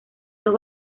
dos